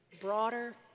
broader